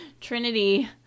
Trinity